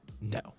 no